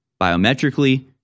biometrically